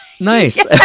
Nice